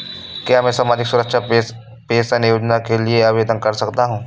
क्या मैं सामाजिक सुरक्षा पेंशन योजना के लिए आवेदन कर सकता हूँ?